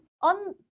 On